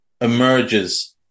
emerges